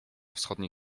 wschodniej